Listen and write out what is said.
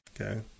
Okay